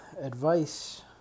advice